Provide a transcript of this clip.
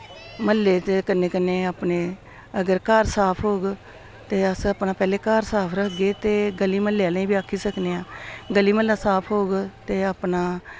म्हल्ले दे कन्नै कन्नै अपने अगर घर साफ होग ते अस अपना पैह्ले घर साफ रक्खगे ते गली म्हल्ले आह्लें बी आक्खी सकने आं गली म्हल्ला साफ होग ते अपना